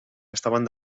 estaven